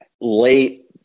late